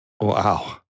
wow